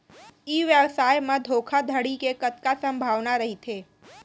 ई व्यवसाय म धोका धड़ी के कतका संभावना रहिथे?